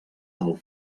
del